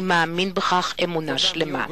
אני מאמין בכך באמונה שלמה.